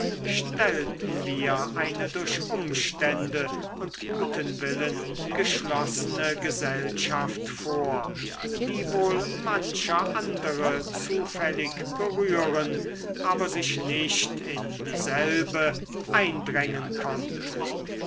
stellten wir eine durch umstände und guten willen geschlossene gesellschaft vor die wohl mancher andere zufällig berühren aber sich nicht in dieselbe eindrängen konnte